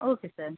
okay sir